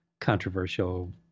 controversial